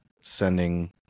sending